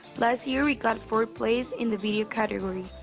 last year we got fourth place in the video category.